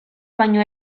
baina